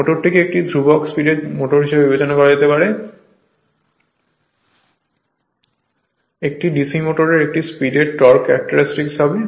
মোটরটিকে একটি ধ্রুবক স্পিডের মোটর হিসাবে বিবেচনা করা যেতে পারে এটি DC মোটরের একটি স্পিডের টর্ক ক্যারেক্টারিস্টিক হবে